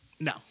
No